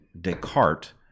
Descartes